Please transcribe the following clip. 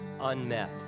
unmet